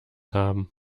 haben